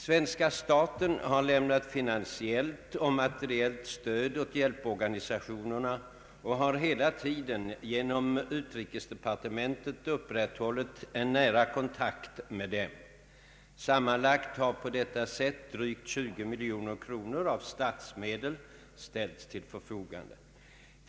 Svenska staten har lämnat finansiellt och materiellt stöd åt hjälporganisationerna och har hela tiden genom utrikesdepartementet upprätthållit en nära kontakt med dem. Sammanlagt har på detta sätt drygt 20 miljoner kronor av statsmedel ställts till förfogande.